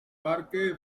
parque